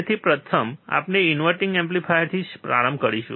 તેથી પ્રથમ આપણે ઇન્વર્ટીંગ એમ્પ્લીફાયરથી પ્રારંભ કરીશું